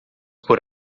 por